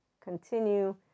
continue